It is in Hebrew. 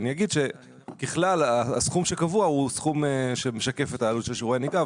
אני אגיד שככלל הסכום שקבוע הוא סכום שמשקף את העלות של שיעורי נהיגה,